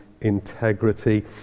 integrity